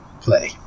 play